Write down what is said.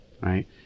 right